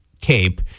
cape